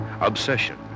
obsession